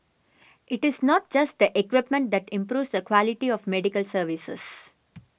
it is not just the equipment that improves the quality of medical services